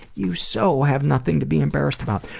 you so have nothing to be embarrassed about.